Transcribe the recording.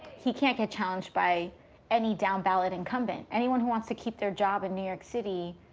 he can't get challenged by any down-ballot incumbent. anyone who wants to keep their job in new york city.